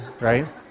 right